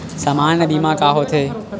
सामान्य बीमा का होथे?